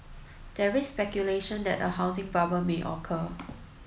there is speculation that a housing bubble may occur